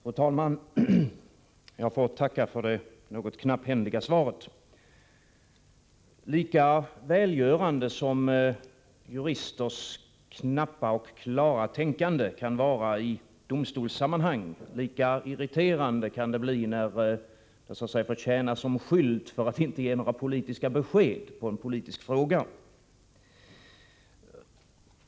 Fru talman! Jag får tacka för det något knapphändiga svaret. Lika välgörande som juristers fåordighet och klara tänkande kan vara i domstolssammanhang, lika irriterande kan detta bli när det tjänar som förevändning för att inte ge politiska besked i en politisk fråga.